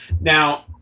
Now